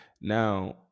now